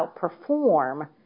outperform